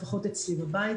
לפחות אצלי בבית,